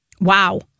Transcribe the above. Wow